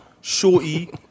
Shorty